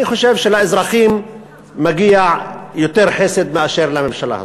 אני חושב שלאזרחים מגיע יותר חסד מאשר לממשלה הזאת.